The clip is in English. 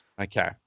Okay